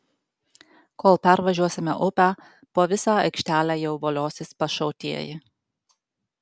kol pervažiuosime upę po visą aikštelę jau voliosis pašautieji